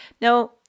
Now